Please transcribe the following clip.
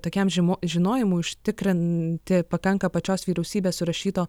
tokiam žimo žinojimui užtikrinti pakanka pačios vyriausybės surašyto